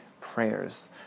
prayers